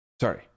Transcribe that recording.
Sorry